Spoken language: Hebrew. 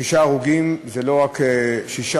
שישה הרוגים זה לא רק שישה,